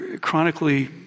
chronically